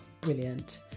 brilliant